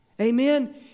Amen